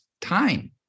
time